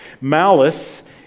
Malice